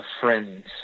friends